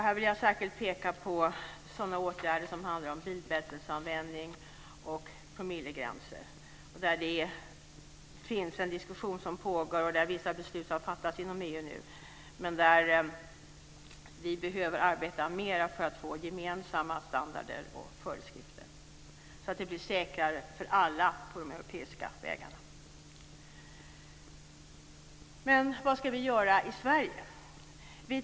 Jag vill särskilt peka på sådana åtgärder som handlar om bilbältesanvändning och promillegränser. Där pågår en diskussion, och där har vissa beslut nu fattats inom EU. Men vi behöver arbeta mera för att få gemensamma standarder och föreskrifter, så att det blir säkrare för alla på de europeiska vägarna. Vad ska vi göra i Sverige?